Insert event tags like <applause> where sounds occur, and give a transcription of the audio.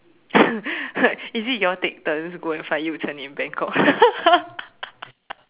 <laughs> is it you all take turns go and find Yu-Chen in Bangkok <laughs>